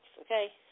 Okay